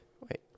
Wait